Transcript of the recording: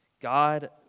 God